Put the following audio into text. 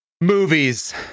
Movies